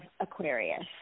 Aquarius